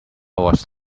was